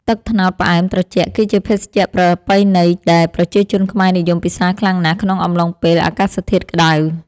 ទឹកត្នោតផ្អែមត្រជាក់ គឺជាភេសជ្ជៈប្រពៃណីដែលប្រជាជនខ្មែរនិយមពិសារខ្លាំងណាស់ក្នុងអំឡុងពេលអាកាសធាតុក្តៅ។